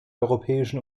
europäischen